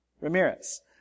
Ramirez